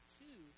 two